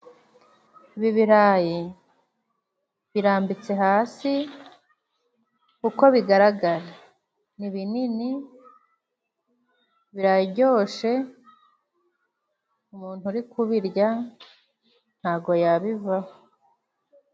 Ibi birayi birambitse hasi, uko bigaragara ni binini biraryoshe umuntu uri kubirya ntago yabivaho.